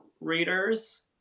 readers